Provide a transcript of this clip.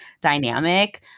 dynamic